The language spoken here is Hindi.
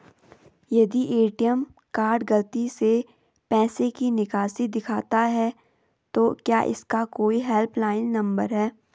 यदि ए.टी.एम कार्ड गलती से पैसे की निकासी दिखाता है तो क्या इसका कोई हेल्प लाइन नम्बर है?